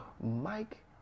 Mike